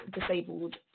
disabled